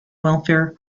welfare